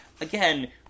again